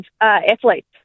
athletes